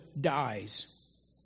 dies